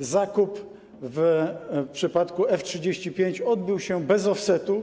zakup w przypadku F-35 odbył się bez offsetu.